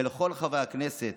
ולכל חברי הכנסת